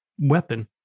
weapon